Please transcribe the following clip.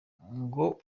ngo